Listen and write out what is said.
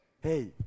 Hey